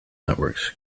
networks